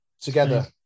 together